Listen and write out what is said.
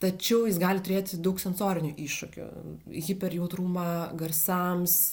tačiau jis gali turėti daug sensorinių iššūkių hiperjautrumą garsams